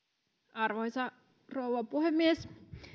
arvoisa rouva puhemies